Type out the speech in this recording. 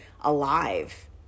alive